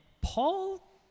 Paul